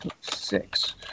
Six